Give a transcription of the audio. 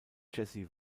jessy